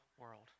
world